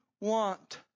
want